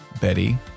Betty